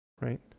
right